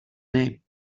name